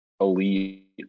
elite